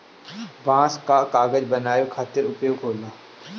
बांस कअ कागज बनावे खातिर उपयोग होला